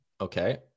Okay